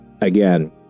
Again